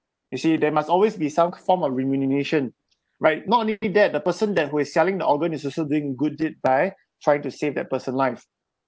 you see there must always be some form of remuneration right not only that the person that who is selling the organ is also doing good deed by trying to save that person life